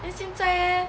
then 现在 eh